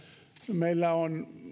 meillä on